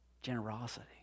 Generosity